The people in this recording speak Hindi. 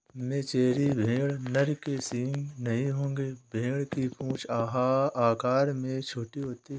मेचेरी भेड़ नर के सींग नहीं होंगे भेड़ की पूंछ आकार में छोटी होती है